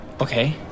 Okay